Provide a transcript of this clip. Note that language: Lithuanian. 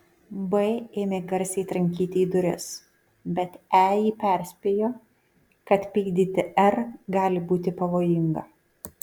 b ėmė garsiai trankyti į duris bet e jį perspėjo kad pykdyti r gali būti pavojinga